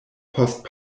post